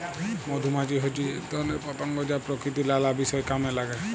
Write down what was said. মধুমাছি হচ্যে এক ধরণের পতঙ্গ যা প্রকৃতির লালা বিষয় কামে লাগে